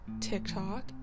tiktok